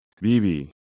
Bibi